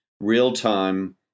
real-time